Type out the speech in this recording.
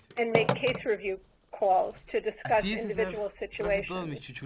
and make case review calls to discuss individual situations.